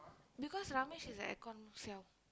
because Ramesh is a aircon siao